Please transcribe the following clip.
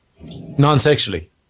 Non-sexually